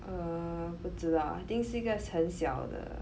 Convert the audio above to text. err 不知道 lah I think 是一个很小的